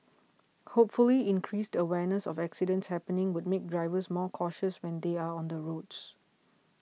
hopefully increased awareness of accidents happening would make drivers more cautious when they are on the roads